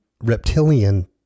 reptilian